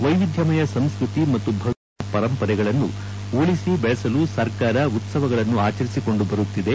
ವೈವಿಧ್ಯಮಯ ಸಂಸ್ಕೃತಿ ಮತ್ತು ಭವ್ಯ ಇತಿಹಾಸ ಪರಂಪರೆಗಳನ್ನುಉಳಿಸಿ ಬೆಳೆಸಲು ಸರ್ಕಾರ ಉತ್ಸವಗಳನ್ನು ಆಚರಿಸಿಕೊಂಡು ಬರುತ್ತಿದೆ